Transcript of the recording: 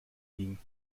ging